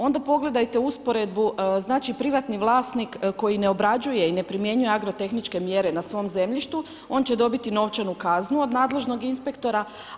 Onda pogledajte usporedbu, znači privatni vlasnik koji ne obrađuje i ne primjenjuje agrotehničke mjere na svom zemljištu, on će dobiti novčanu kaznu od nadležnog inspektora.